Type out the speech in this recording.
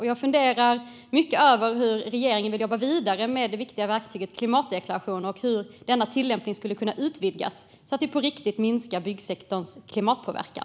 Jag funderar mycket över hur regeringen vill jobba vidare med det viktiga verktyget klimatdeklarationer och hur denna tillämpning skulle kunna utvidgas så att vi på riktigt kan minska byggsektorns klimatpåverkan.